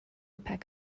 peck